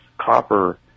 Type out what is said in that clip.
copper